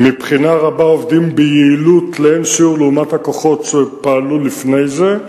מבחינות רבות עובדים ביעילות לאין-שיעור לעומת הכוחות שפעלו לפני זה.